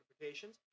notifications